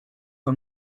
for